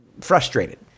frustrated